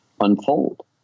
unfold